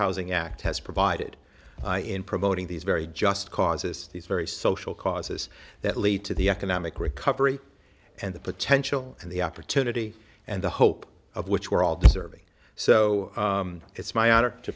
housing act has provided in promoting these very just causes these very social causes that lead to the economic recovery and the potential and the opportunity and the hope of which were all deserving so it's my honor to